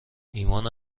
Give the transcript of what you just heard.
ایمان